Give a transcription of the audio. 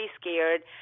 scared